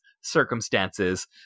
circumstances